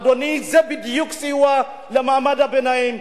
אדוני, זה בדיוק סיוע למעמד הביניים.